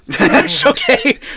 Okay